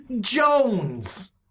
Jones